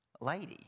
lady